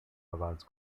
avant